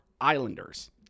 Islanders